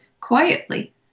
quietly